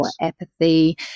apathy